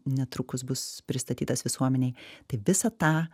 netrukus bus pristatytas visuomenei tai visą tą